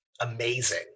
amazing